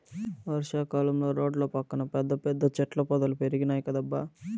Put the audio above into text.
వర్షా కాలంలో రోడ్ల పక్కన పెద్ద పెద్ద చెట్ల పొదలు పెరిగినాయ్ కదబ్బా